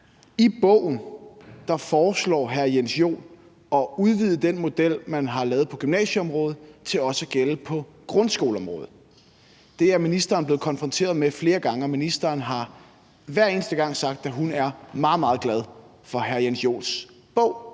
han foreslår at udvide den model, man har lavet på gymnasieområdet, til også at gælde på grundskoleområdet. Det er ministeren blevet konfronteret med flere gange, og ministeren har hver eneste gang sagt, at hun er meget, meget glad for hr. Jens Joels bog.